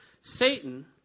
Satan